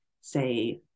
say